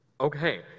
Okay